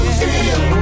feel